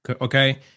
Okay